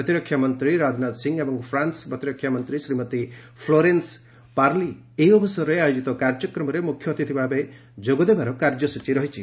ପ୍ରତିରକ୍ଷା ମନ୍ତ୍ରୀ ରାଜନାଥ ସିଂହ ଏବଂ ଫ୍ରାନ୍ସ ପ୍ରତିରକ୍ଷା ମନ୍ତ୍ରୀ ଶ୍ରୀମତୀ ଫ୍ଲୋରେନ୍ସ୍ ପାର୍ଲି ଏହି ଅବସରରେ ଆୟୋଜିତ କାର୍ଯ୍ୟକ୍ରମରେ ମ୍ରଖ୍ୟ ଅତିଥି ଭାବରେ ଯୋଗଦେବାର କାର୍ଯ୍ୟସ୍ତଚୀ ରହିଛି